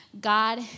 God